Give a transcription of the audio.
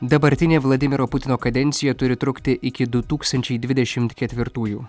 dabartinė vladimiro putino kadencija turi trukti iki du tūkstančiai dvidešimt ketvirtųjų